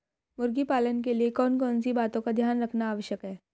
मुर्गी पालन के लिए कौन कौन सी बातों का ध्यान रखना आवश्यक है?